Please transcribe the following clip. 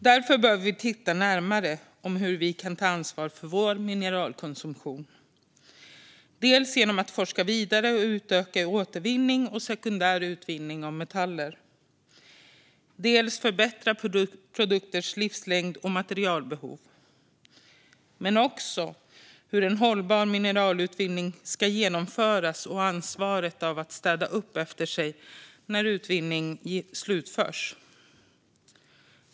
Därför bör vi titta närmare på hur vi kan ta ansvar för vår mineralkonsumtion, dels genom att forska vidare och utöka återvinning och sekundär utvinning av metaller, dels genom att förbättra produkters livslängd och materialbehov. Men vi måste också se på hur en hållbar mineralutvinning ska genomföras och se på ansvaret att städa upp efter sig när utvinningen slutförts.